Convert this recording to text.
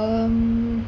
um